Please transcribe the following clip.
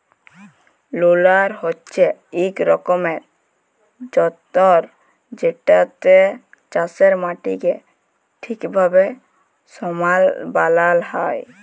roller হছে ইক রকমের যল্তর যেটতে চাষের মাটিকে ঠিকভাবে সমাল বালাল হ্যয়